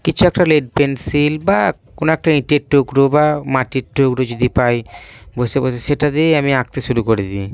কিছু একটা lead pencil বা কোনো একটা ইঁটের টুকরো বা মাটির টুকরো যদি পাই বসে বসে সেটা দিয়েই আমি আঁকতে শুরু করে দিই